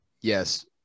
yes